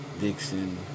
Dixon